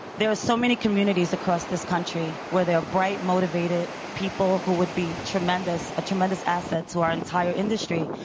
there are so many communities across this country where there are bright, motivated people who would be a ah tremendous asset to our entire industry.